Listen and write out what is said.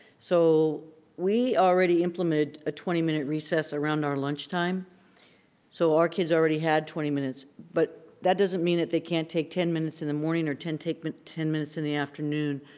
so we already implemented a twenty minute recess around our lunch time so our kids already had twenty minutes. but that doesn't mean that they can't take ten minutes in the morning or take but ten minutes in the afternoon.